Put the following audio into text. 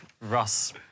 Russ